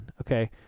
okay